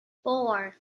four